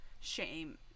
shame